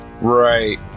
Right